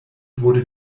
wurde